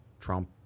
Trump